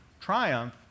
triumph